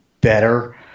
better